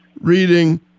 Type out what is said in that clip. reading